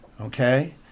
Okay